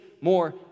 more